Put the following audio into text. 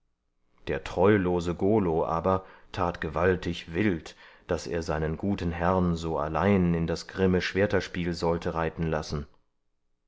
der treulose golo aber tat gewaltig wild daß er seinen guten herrn so allein in das grimme schwerterspiel sollte reiten lassen